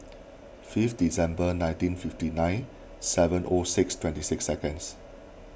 fifth December nineteen fifty nine seven O six twenty six seconds